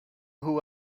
who